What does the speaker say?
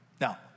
Now